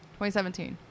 2017